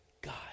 God